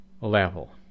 level